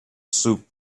soup